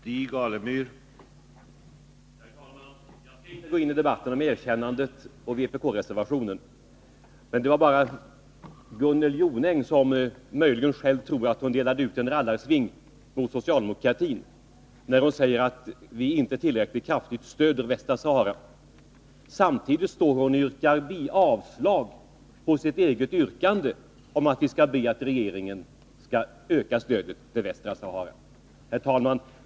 Herr talman! Jag skall inte gå in i debatten om erkännandet och vpk-reservationen. Gunnel Jonäng trodde möjligen själv att hon delade ut en rallarsving mot socialdemokratin när hon sade att vi inte tillräckligt kraftigt stöder Västra Sahara. Samtidigt yrkar hon avslag på sitt eget yrkande om att vi skall be regeringen att öka stödet till Västra Sahara. Herr talman!